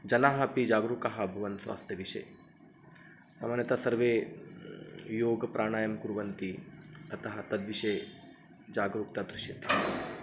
जनाः अपि जागरूकाः अभवन् स्वास्थ्यविषये मम न सर्वे योगप्राणायामं कुर्वन्ति अतः तद्विषये जागरूकता दृश्यते